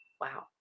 Wow